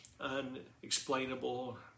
unexplainable